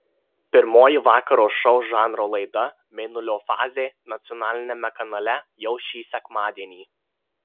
pirmoji vakaro šou žanro laida mėnulio fazė nacionaliniame kanale jau šį sekmadienį